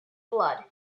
blood